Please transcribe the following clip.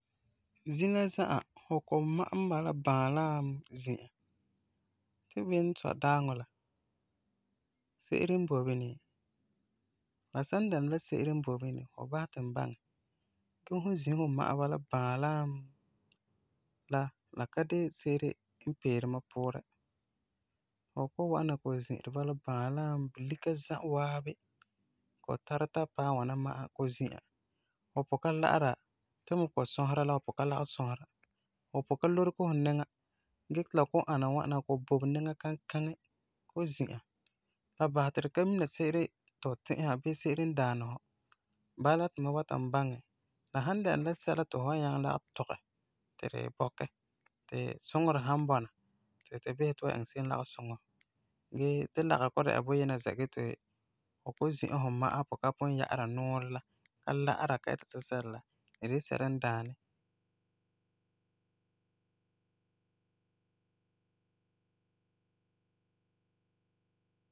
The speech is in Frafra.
Zina za'a fu kɔ'ɔm ma'ɛ mɛ bala baalam zi'a, ti beni n sɔi daaŋɔ la, se'ere n boi bini? La san dɛna la se'ere n boi bini, fu basɛ ti n baŋɛ, gee fum zi fu ma'a bala baalam la, la ka de se'ere pee mam puurɛ. Fu kɔ'ɔm wa'ana zi'ire bala baalam bulika za'a waabi kɔ'ɔm tari ta paɛ ŋwana ma'a kɔ'ɔm zi'a. Fu pugum ka la'ara, ti me kɔ'ɔm sɔsera la fu pugum ka lagum sɔsera, fu pugum la lorege fu niŋa, gee ti la kɔ'ɔm ana ŋwana, kɔ'ɔm bobe niŋa kankaŋi kɔ'ɔm zi'an, ka basɛ ti tu mina se'ere ti fu ti'isera, bii se'ere n daani fu. Bala ti mam bɔta ti n baŋɛ, la san dɛna la sɛla ti fu wan nyaŋɛ lagum tɔgɛ ti tu bɔkɛ, ti suŋerɛ san bɔna ti tu bisɛ tu wan iŋɛ se'em lagum suŋɛ fu, gee tu lagum kɔ'ɔm dɛna buyina zɛa gee ti fu kɔ'ɔm zi'a fu ma'a kɔ'ɔm ka pugum ya'ara nuurɛ la, ka la'ara, ka ita sɛla sɛla la, la de la sɛla n daani.